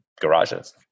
garages